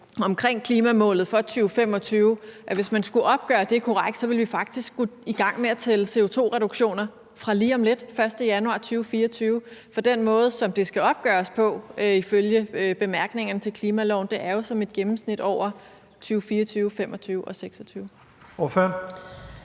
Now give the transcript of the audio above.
omkring klimamålet for 2025, og hvis man skulle opgøre det korrekt, så faktisk ville skulle gå i gang med at tælle CO2-reduktioner fra lige om lidt, altså den 1. januar 2024? For den måde, som det ifølge bemærkningerne til klimaloven skal opgøres på, er jo som et gennemsnit over 2024, 2025 og 2026. Kl.